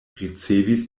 ricevis